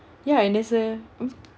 ya and there's a um